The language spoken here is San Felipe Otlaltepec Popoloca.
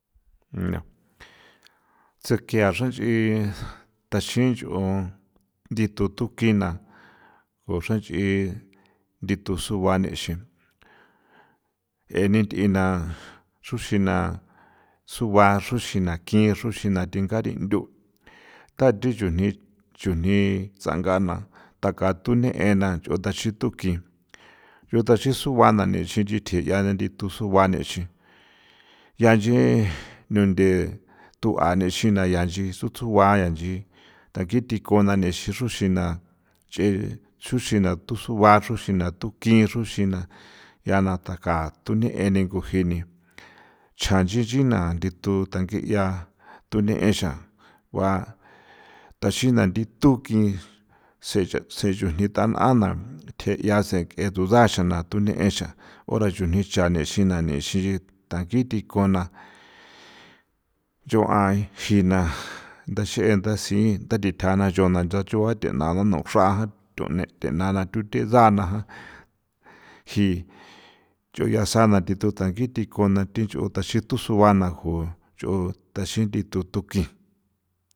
Tjsekia xranch'i taxin nch'o ndithu thukjina ko xranch'i dithu sugua nixi eni th'ina xruxina sugua xruxina na ki xrixina thigarinthu tha thi chujni chujni tsanga na ntha ka thune na nch'on tachri'i tukin unchru tachri sugua nixin tathjega ni tha thu sua guanixin ncha nche nunthe thuaxixina tha thi nchin nchintin kuna nche xruxina nchexuxina anthu nchexruxina ncha ga daka the ni ko jinni nchan nchi nchin na ndithu tangia thuni exa taxina nditunki se chujni tan'a na the nchasen ke jee thada a xana xa tuniaxa uraxunixi xi thangui ni kuana chua ji jina ji chentha ji'i tha dithjaa nja chua na thi tha nano nuxraa thune thena the sa jana ji nchu yasa na thi thangi thikona nch'o taxi tusugua na jo nch'o thaxi thithu thukin.